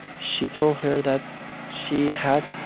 she told her that she had.